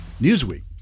newsweek